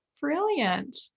brilliant